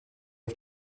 auf